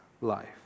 life